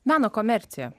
mano komercija